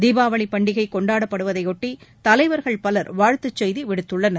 தீபாவளிப் பண்டிகை கொண்டாடப்படுவதை பொட்டி தலைவர்கள் பல் வாழ்த்துச் செய்தி விடுத்துள்ளனர்